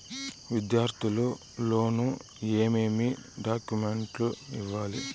విద్యార్థులు లోను ఏమేమి డాక్యుమెంట్లు ఇవ్వాలి?